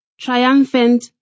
Triumphant